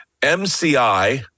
MCI